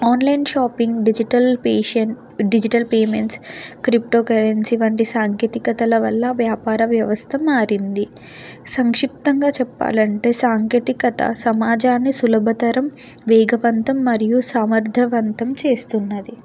online shopping digital పేషెన్ digital payments crypto currency వంటి సాంకేతికతల వల్ల వ్యాపార వ్యవస్థ మారింది సంక్షిప్తంగా చెప్పాలంటే సాంకేతికత సమాజాన్ని సులభతరం వేగవంతం మరియు సమర్థవంతం చేస్తున్నది